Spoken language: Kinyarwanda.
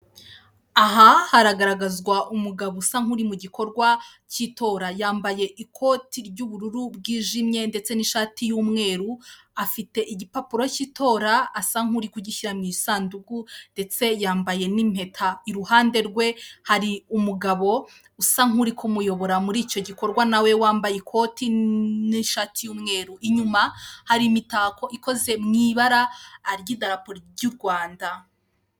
Aha haragaragazwa umugabo usa nk'uri mu gikorwa cy'itora, yambaye ikoti ry'ubururu bwijimye ndetse n'ishati y'umweru, afite igipapuro cy'itora, asa nk'uri kugishyira mu isanduku, ndetse yambaye n'impeta, iruhande rwe hari umugabo usa nk'uri kumuyobora muri icyo gikorwa na we wambaye ikoti n'ishati y'umweru, inyuma hari imitako ikoze mu ibara ry'idarapo ry'u Rwanda.